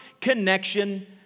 connection